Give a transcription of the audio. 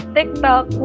TikTok